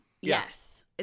Yes